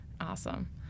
Awesome